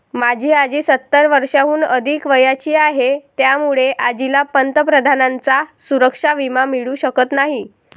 माझी आजी सत्तर वर्षांहून अधिक वयाची आहे, त्यामुळे आजीला पंतप्रधानांचा सुरक्षा विमा मिळू शकत नाही